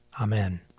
Amen